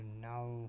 now